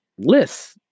lists